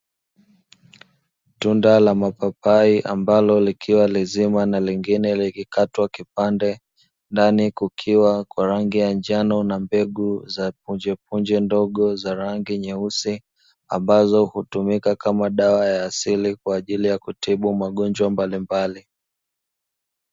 Tunda la mapapai ambalo likiwa lizima na lingine likikatwa kipande, ndani kukiwa kwa rangi ya njano na mbegu za punjepunje ndogo za rangi nyeusi, ambazo hutumika kama dawa ya asili kwaajili ya kutibu magonjwa mbalimbali.